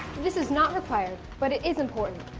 this is not required but it is important.